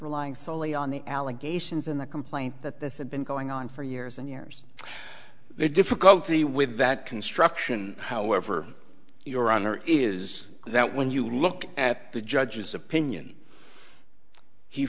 relying solely on the allegations in the complaint that this had been going on for years and years the difficulty with that construction however your honor is that when you look at the judge's opinion he